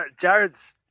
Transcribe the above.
Jared's